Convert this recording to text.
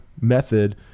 method